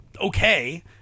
okay